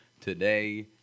Today